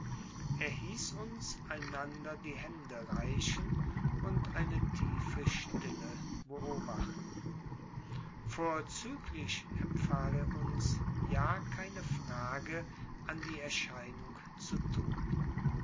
er hieß uns einander die hände reichen und eine tiefe stille beobachten vorzüglich empfahl er uns ja keine frage an die erscheinung zu tun